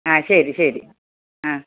ആ ശരി ശരി ആ